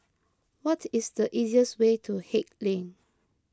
what is the easiest way to Haig Lane